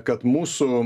kad mūsų